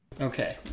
Okay